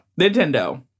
Nintendo